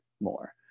more